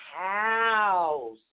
house